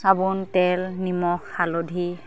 চাবোন তেল নিমখ হালধি